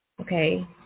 Okay